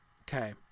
okay